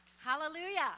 hallelujah